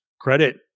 credit